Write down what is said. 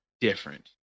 different